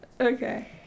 Okay